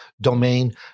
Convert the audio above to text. domain